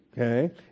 Okay